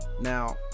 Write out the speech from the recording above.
Now